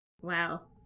Wow